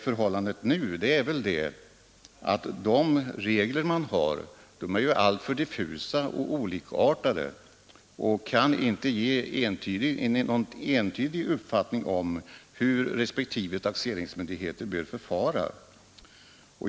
Men det är väl så att de regler som nu finns är alltför diffusa och olikartade så att de inte kan ge någon entydig uppfattning om hur respektive taxeringsmyndighet bör förfara.